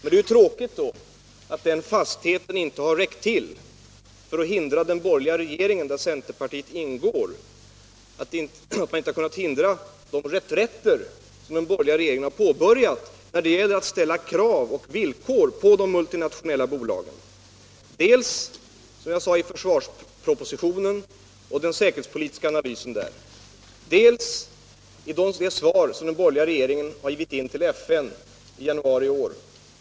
Det är tråkigt att den fastheten inte har räckt till för att hindra de reträtter som den borgerliga regeringen, där centerpartiet ingår, påbörjat när det gäller att ställa krav och villkor på multinationella bolag — dels i försvarspropositionen och den säkerhetspolitiska analysen där, dels i det svar den borgerliga regeringen har gett in till FN i januari i år.